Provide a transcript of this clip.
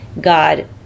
God